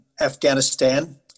Afghanistan